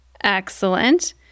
Excellent